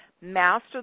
master